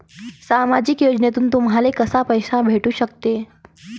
सामाजिक योजनेतून तुम्हाले कसा पैसा भेटू सकते?